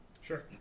sure